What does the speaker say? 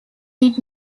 did